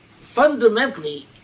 fundamentally